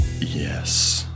yes